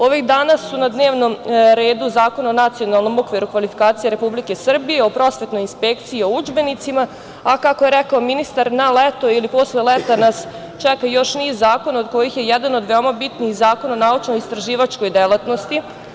Ovih dana je na dnevnom redu Zakon o NOK Republike Srbije, o prosvetnoj inspekciji, o udžbenicima, a kako je rekao ministar, na leto ili posle leta nas čeka još niz zakona, od kojih je jedan od veoma bitnih Zakon o naučno-istraživačkoj delatnosti.